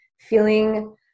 feeling